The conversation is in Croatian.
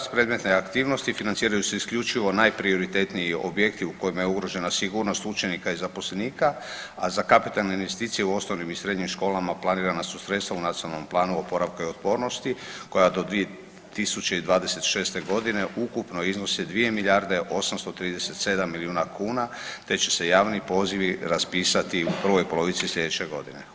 S predmetne aktivnosti financiranju se isključivo najprioritetniji objektu u kojima je ugrožena sigurnost učenika i zaposlenika, a za kapitalne investicije u osnovnim i srednjim školama planirana su sredstva u Nacionalnom planu oporavka i otpornosti koja do 2026. g. ukupno iznosi 2 837 000 000 kuna te će se javni pozivi raspisati u prvoj polovici sljedeće godine.